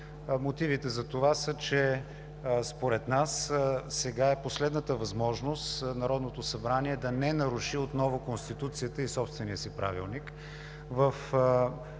Мотивите за това са, че според нас сега е последната възможност Народното събрание да не наруши отново Конституцията и собствения си Правилник.